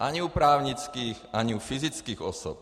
Ani u právnických, ani u fyzických osob.